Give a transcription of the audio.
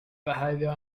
behaviour